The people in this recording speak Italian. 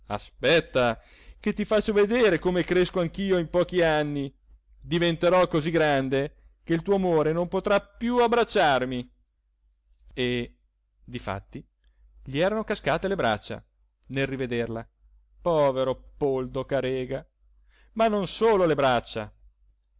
aspetta che ti faccio vedere come cresco anch'io in pochi anni diventerò così grande che il tuo amore non potrà più abbracciarmi e difatti gli erano cascate le braccia nel rivederla povero poldo carega ma non solo le braccia